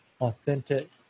authentic